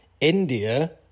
India